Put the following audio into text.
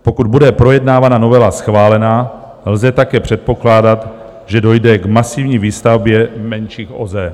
Pokud bude projednávána novela schválena, lze také předpokládat, že dojde k masivní výstavbě menších OZE.